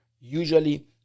Usually